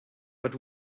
but